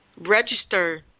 Register